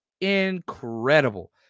incredible